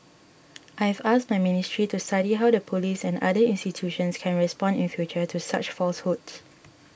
I have asked my ministry to study how the police and other institutions can respond in future to such falsehoods